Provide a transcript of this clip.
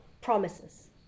promises